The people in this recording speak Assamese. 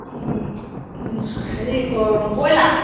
হেৰি ক কয়লা